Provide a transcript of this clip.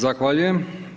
Zahvaljujem.